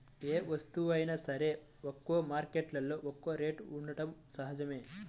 ఏ వస్తువైనా సరే ఒక్కో మార్కెట్టులో ఒక్కో రేటు ఉండటం సహజమే